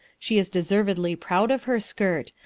she is deservedly proud of her skirt,